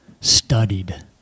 studied